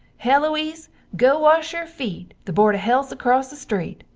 heloise go wash your feet, the bord of helths across the street,